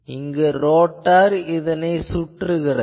இங்கு ரோட்டார் இதனை சுற்றுகிறது